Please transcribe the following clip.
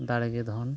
ᱫᱟᱲᱮᱜᱮ ᱫᱷᱚᱱ